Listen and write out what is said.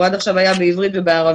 הוא עד עכשיו היה בעברית ובערבית,